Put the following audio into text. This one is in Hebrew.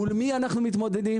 מול מי אנחנו מתמודדים.